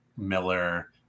Miller